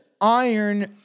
iron